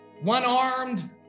one-armed